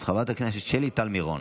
אז חברת הכנסת שלי טל מירון.